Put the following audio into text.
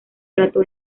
trató